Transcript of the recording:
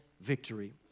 victory